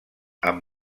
amb